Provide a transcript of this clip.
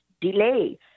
delay